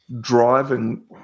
driving